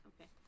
Okay